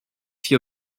fit